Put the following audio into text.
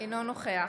אינו נוכח